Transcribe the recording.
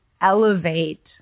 elevate